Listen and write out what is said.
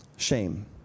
shame